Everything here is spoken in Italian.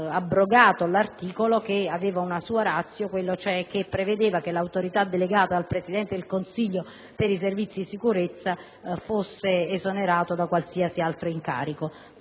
aver abrogato un articolo che aveva una propria *ratio*, quella cioè che l'Autorità delegata dal Presidente del Consiglio per i Servizi di sicurezza fosse esonerata da qualsiasi altro incarico.